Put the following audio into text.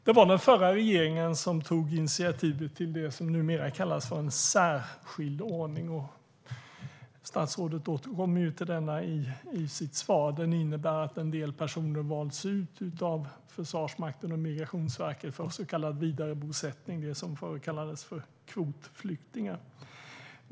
Det var den förra regeringen som tog initiativet till det som numera kallas för en särskild ordning. Statsrådet återkommer till denna i sitt svar. Den innebär att en del personer har valts ut av Försvarsmakten och Migrationsverket för så kallad vidarebosättning, alltså det som förr kallades kvotflyktingar.